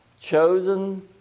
chosen